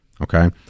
Okay